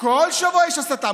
כל שבוע יש הסתה.